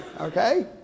okay